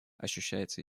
ощущается